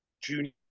junior